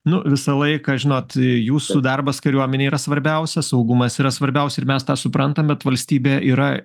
nu visą laiką žinot jūsų darbas kariuomenėj yra svarbiausia saugumas yra svarbiausia ir mes tą suprantam bet valstybė yra